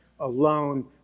Alone